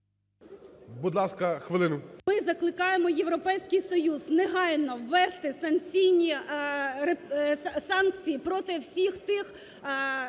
Будь ласка, хвилину.